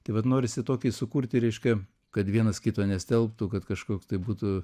tai vat norisi tokį sukurti reiškia kad vienas kito nestelbtų kad kažkoks tai būtų